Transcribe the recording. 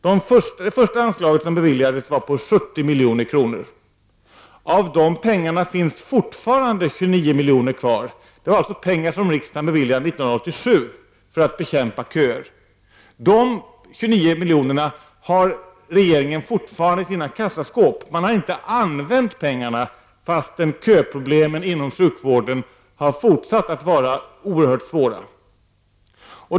Det första anslaget var på 70 milj.kr. Av dessa pengar finns fortfarande 29 miljoner kvar — pengar som riksdagen beviljade redan 1987 för att bekämpa köer. Dessa 29 miljoner har regeringen fortfarande i kassaskåpen. Man har inte använt pengarna för att bekämpa köproblemen inom sjukvården, som fortsatt att vara oerhört svåra.